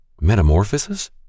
Metamorphosis